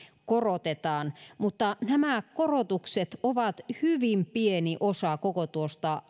korotetaan mutta nämä korotukset ovat hyvin pieni osa koko tuosta